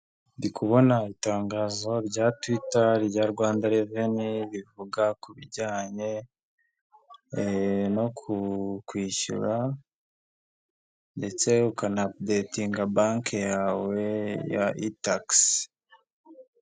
Ndi kubona itangazo rya twita rya Rwanda reveni, rivuga ku bijyanye no ku kwishyura, ndetse ukanapudetinga banki yawe ya itagisi.